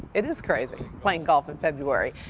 it is crazy, playing golf in february.